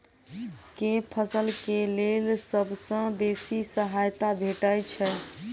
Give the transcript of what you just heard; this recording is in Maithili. केँ फसल केँ लेल सबसँ बेसी सहायता भेटय छै?